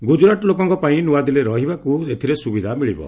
ଗୁଜରାଟ ଲୋକଙ୍କ ପାଇଁ ନୂଆଦିଲ୍ଲୀରେ ରହିବାକୁ ଏଥିରେ ସୁବିଧା ମିଳିବ